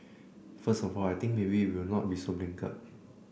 first of all I think maybe we will not be so blinkered